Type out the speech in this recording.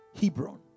Hebron